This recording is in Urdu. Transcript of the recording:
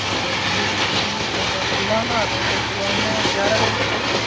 جی جی سر سر صبح میں آتے ہیں سر صبح میں گیارہ بجے تک صحیح ہے